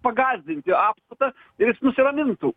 pagąsdinti apkalta ir jis nusiramintų